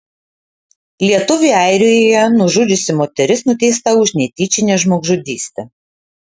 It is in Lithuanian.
lietuvį airijoje nužudžiusi moteris nuteista už netyčinę žmogžudystę